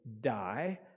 die